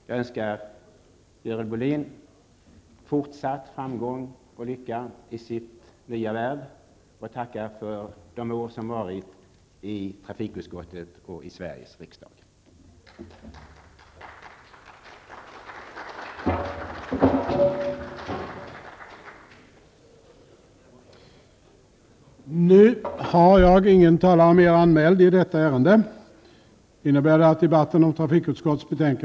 Jag önskar Görel Bohlin fortsatt framgång och lycka i hennes nya värv och tackar för de år som varit i trafikutskottet och i Sveriges riksdag. I detta moment föreslogs lagstiftning, som innebär att riksdagen i visst fall överlåter förvaltningsuppgift till mellanfolkligt organ. För bifall till utskottets hemställan krävdes att minst tre fjärdedelar av de röstande anslöt sig till förslaget.